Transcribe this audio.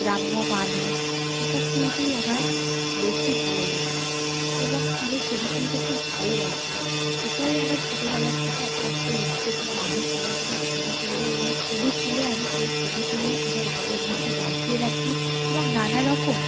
গ্রাম্য মানুষ এইসব তুলতেই আমার বেশি ভালো লাগে এবং আমি ছবি তুলতে খুব ভালোবাসি এটাই আমার ছোটবেলার থেকে একমাত্র ইচ্ছে যে আমি সারাজীবন ছবি তুলব এবং ছবি তুলে আমি সেই ছবিগুলো আমার ঘরের মধ্যে বাঁধিয়ে রাখি এবং নানা রকম